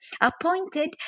appointed